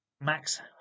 Max